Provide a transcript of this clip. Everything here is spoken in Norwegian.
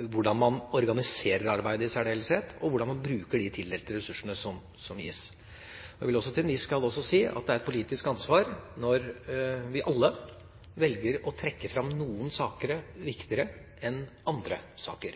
hvordan man organiserer arbeidet i særdeleshet, og hvordan man bruker de tildelte ressursene. Jeg vil til en viss grad også si at det er et politisk ansvar når vi alle velger å trekke fram noen saker som viktigere enn andre saker.